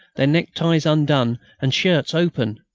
their neckties undone and shirts open,